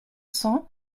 cents